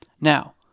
Now